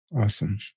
Awesome